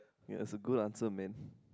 ya it's a good answer man